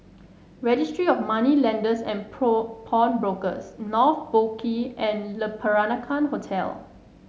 Registry of Moneylenders and Pawnbrokers North Boat Quay and Le Peranakan Hotel